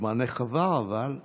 זמנך עבר, אבל.